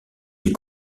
des